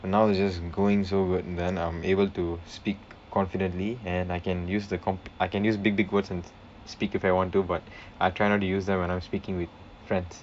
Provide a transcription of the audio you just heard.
and now they're just going so well then I'm able to speak confidently and I can use the comp~ I can use big big words and speak if I want to but I try not to use them when I'm speaking with friends